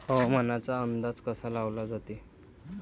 हवामानाचा अंदाज कसा लावला जाते?